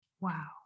wow